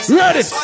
ready